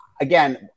again